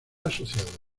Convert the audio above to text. asociado